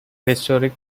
historic